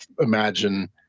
imagine